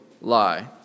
lie